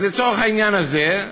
אז לצורך העניין הזה,